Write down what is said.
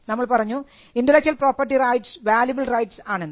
നമ്മൾ പറഞ്ഞു intellectual property rights valuable rights ആണെന്ന്